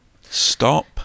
stop